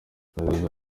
perezida